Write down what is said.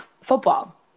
Football